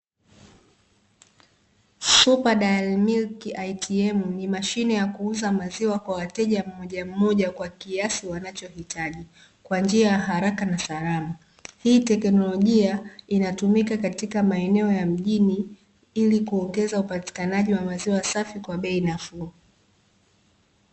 "SUPER DIARY MILK ATM" ni mashine ya kuuza maziwa kwa wateja mmoja mmoja, kwa kiasi wanachohitaji kwa njia haraka na salama. Hii tekinolojia inatumika katika maeneo ya mjini , ili kuongeza upatikanaji wa maziwa safi kwa bei nafuu.